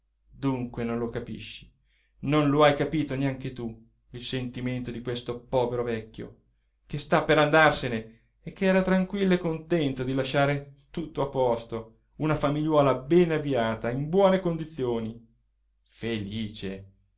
dunque non lo capisci non lo hai capito neanche tu il sentimento di questo povero vecchio che sta per andarsene e che era tranquillo e contento di lasciar tutto a posto una famigliuola bene avviata in buone condizioni felice